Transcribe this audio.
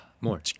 More